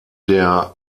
der